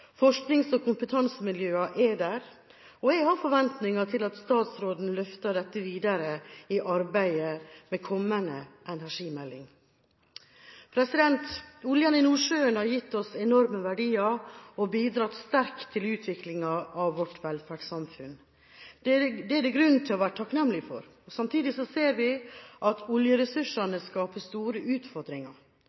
forsknings- og kompetansemiljøene er der, og jeg har forventninger til at statsråden løfter dette videre i arbeidet med kommende energimelding. Oljen i Nordsjøen har gitt oss enorme verdier og bidratt sterkt til utviklinga av vårt velferdssamfunn. Det er det grunn til å være takknemlig for. Samtidig ser vi at oljeressursene skaper store utfordringer.